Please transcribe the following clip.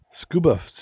Scuba